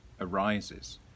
arises